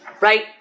Right